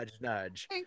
Nudge